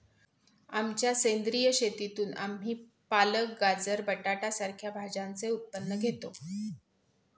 आमच्या सेंद्रिय शेतीतून आम्ही पालक, गाजर, बटाटा सारख्या भाज्यांचे उत्पन्न घेतो